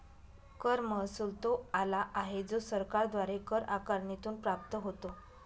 कर महसुल तो आला आहे जो सरकारद्वारे कर आकारणीतून प्राप्त होतो